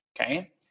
Okay